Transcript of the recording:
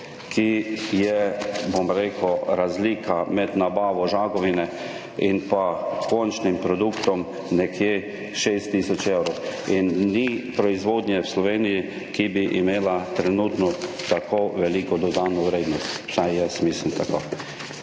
ki je, bom rekel, razlika med nabavo žagovine in pa končnim produktom nekje 6 tisoč evrov. In ni proizvodnje v Sloveniji, ki bi imela trenutno tako veliko dodano vrednost, vsaj jaz mislim tako.